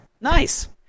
nice